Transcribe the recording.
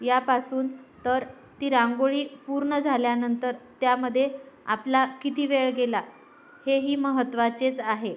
यापासून तर ती रांगोळी पूर्ण झाल्यानंतर त्यामध्ये आपला किती वेळ गेला हेही महत्त्वाचेच आहे